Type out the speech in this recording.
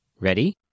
Ready